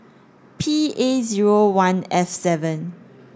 P A zero one F seven